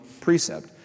precept